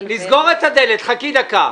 היא מוציאה בנפרד לרכש, ובפרד לתחזוקה.